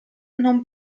non